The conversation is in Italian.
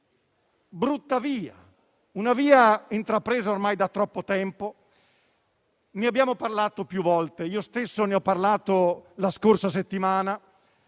brutta via, intrapresa ormai da troppo tempo. Ne abbiamo parlato più volte, io stesso ne ho parlato la scorsa settimana: